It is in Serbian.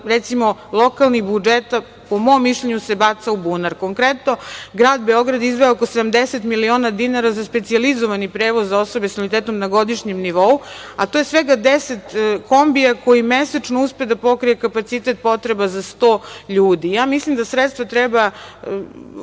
recimo lokalnih budžeta, po mom mišljenju se baca u bunar. Konkretno, grad Beograd izdvaja oko 70 miliona dinara za specijalizovani prevoz za osobe sa invaliditetom na godišnjem nivou, a to je svega 10 kombija koji mesečno uspeju da pokriju kapacitet potreba za 100 ljudi. Mislim da sredstva treba